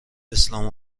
اسلام